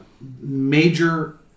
major